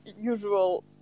usual